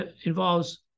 involves